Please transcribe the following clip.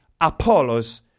Apollos